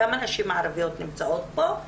כמה נשים ערביות נמצאות פה,